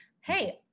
Hey